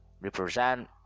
represent